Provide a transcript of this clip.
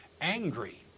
angry